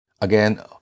Again